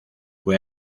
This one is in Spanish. fue